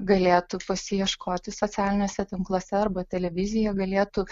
galėtų pasiieškoti socialiniuose tinkluose arba televizija galėtų